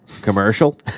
Commercial